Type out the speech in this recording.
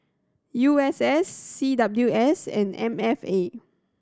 U S S C W S and M F A